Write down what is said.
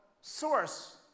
source